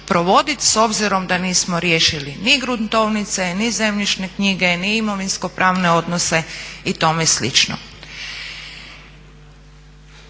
s obzirom da nismo riješili ni gruntovnice, ni zemljišne knjige, ni imovinsko-pravne odnose i tome slično.